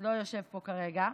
שלא יושב פה כרגע,